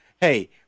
hey